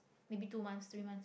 maybe two months three months